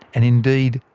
and indeed,